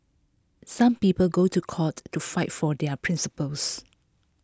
some people go to court to fight for their principles